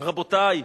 רבותי,